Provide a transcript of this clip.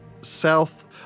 south